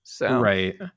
Right